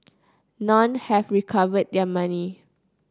none have recovered their money